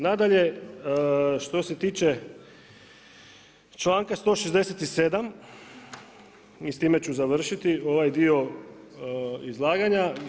Nadalje što se tiče članka 167. i s time ću završiti ovaj dio izlaganja.